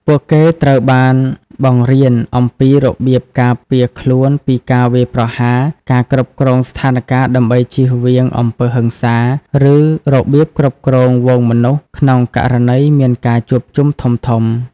ពួកគេត្រូវបានបង្រៀនអំពីរបៀបការពារខ្លួនពីការវាយប្រហារ ការគ្រប់គ្រងស្ថានការណ៍ដើម្បីជៀសវាងអំពើហិង្សា ឬរបៀបគ្រប់គ្រងហ្វូងមនុស្សក្នុងករណីមានការជួបជុំធំៗ។